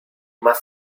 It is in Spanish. más